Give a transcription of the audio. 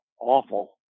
Awful